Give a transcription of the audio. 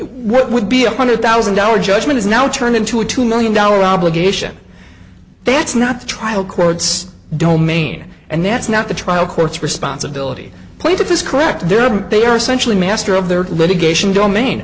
would be a hundred thousand dollars judgment is now turned into a two million dollar obligation that's not the trial court's domain and that's not the trial court's responsibility plaintiff is correct they are essentially master of their litigation domain